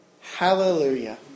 Hallelujah